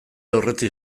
aurretik